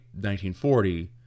1940